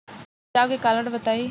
कोई बचाव के कारण बताई?